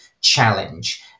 challenge